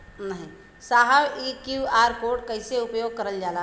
साहब इ QR code के कइसे उपयोग करल जाला?